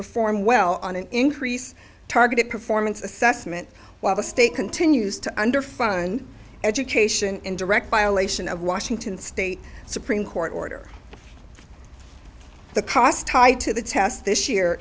perform well on an increase targeted performance assessment while the state continues to underfund education in direct violation of washington state supreme court order the cost tied to the test this year